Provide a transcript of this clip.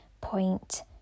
point